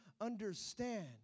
understand